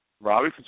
Robbie